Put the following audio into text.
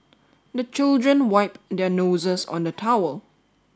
the children wipe their noses on the towel